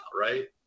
right